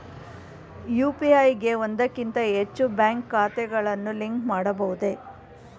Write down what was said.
UPI ಗೆ ಒಂದಕ್ಕಿಂತ ಹೆಚ್ಚು ಬ್ಯಾಂಕ್ ಖಾತೆಗಳನ್ನು ಲಿಂಕ್ ಮಾಡಬಹುದೇ?